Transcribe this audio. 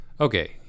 Okay